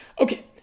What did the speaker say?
Okay